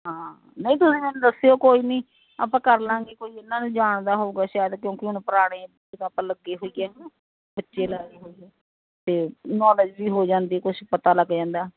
ਹਾਂ ਨਹੀਂ ਤੁਸੀਂ ਮੈਨੂੰ ਦੱਸਿਓ ਕੋਈ ਨੀ ਆਪਾਂ ਕਰ ਲਾਂਗੇ ਕੋਈ ਇਹਨਾਂ ਨੂੰ ਜਾਣਦਾ ਹੋਊਗਾ ਸ਼ਾਇਦ ਕਿਉਂਕੀ ਹੁਨ ਪੁਰਾਣੇ ਜਿਵੇਂ ਆਪਾਂ ਲੱਗੇ ਹੋਈਏ ਹਨਾ ਬੱਚੇ ਲਾਏ ਹੋਈਏ ਤੇ ਨੋਲੇਜ ਵੀ ਹੋ ਜਾਂਦੀ ਕੁਛ ਪਤਾ ਲੱਗ ਜਾਂਦਾ